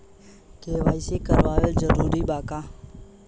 KYC करवावल जरूरी बा?